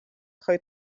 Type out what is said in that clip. хай